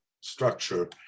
structure